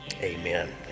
amen